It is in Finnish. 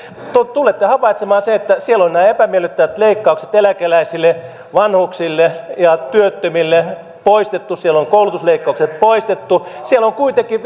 tulette havaitsemaan sen että siellä on nämä epämiellyttävät leikkaukset eläkeläisille vanhuksille ja työttömille poistettu siellä on koulutusleikkaukset poistettu siellä on kuitenkin